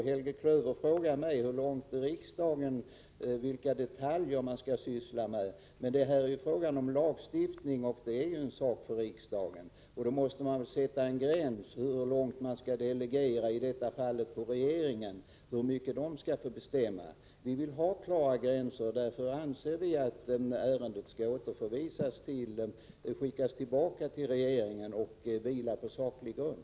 Helge Klöver frågar mig vilka detaljer riksdagen skall syssla med. Här är det ju fråga om lagstiftning, och det är en sak för riksdagen. Då måste man väl sätta en gräns för hur mycket man skall delegera, i detta fall till regeringen, att bestämma. Vi vill ha klara gränser, och därför anser vi att ärendet skall skickas tillbaka till regeringen för att vi skall få ett förslag som vilar på saklig grund.